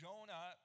Jonah